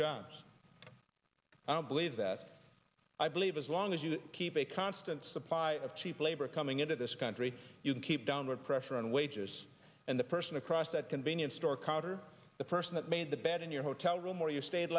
jobs i don't believe that i believe as long as you keep a constant supply of cheap labor coming into this country you can keep downward pressure on wages and the person across that convenience store counter that person that made the bed in your hotel room where you stayed